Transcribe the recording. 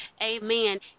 amen